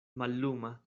malluma